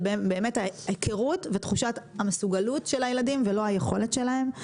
ההיכרות ותחושת המסוגלות של הילדים ולא היכולת שלהם.